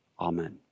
Amen